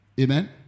Amen